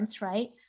Right